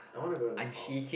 I want to go to Nepal